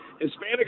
Hispanic